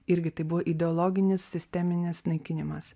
irgi tai buvo ideologinis sisteminis naikinimas